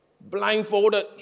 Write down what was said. blindfolded